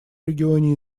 регионе